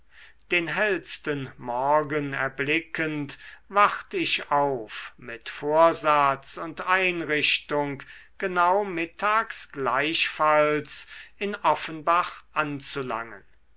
den hellsten morgen erblickend wacht ich auf mit vorsatz und einrichtung genau mittags gleichfalls in offenbach anzulangen